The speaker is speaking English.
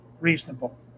reasonable